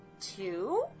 two